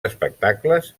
espectacles